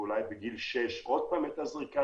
ואולי בגיל שש עוד פעם מקבל את הזריקה